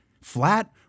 flat